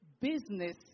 business